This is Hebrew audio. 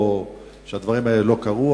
שהדברים האלה לא קרו,